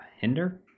hinder